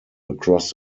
across